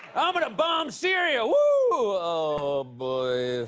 i'm gonna bomb syria! whoo! oh, boy.